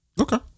Okay